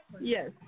Yes